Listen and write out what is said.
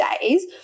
days